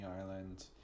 island